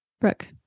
Brooke